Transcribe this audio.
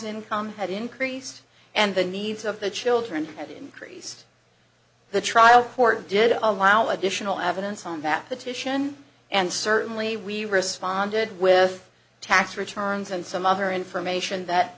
income had increased and the needs of the children had increased the trial court did allow additional evidence on that the titian and certainly we responded with tax returns and some other information that